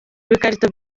ibikarito